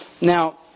Now